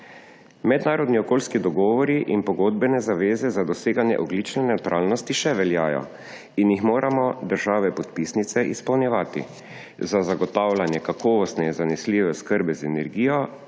Mednarodni okoljski dogovori in pogodbene zaveze za doseganje ogljične nevtralnosti še veljajo in jih moramo države podpisnice izpolnjevati. Za zagotavljanje kakovostne in zanesljive oskrbe z energijo